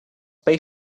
pay